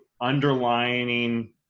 underlining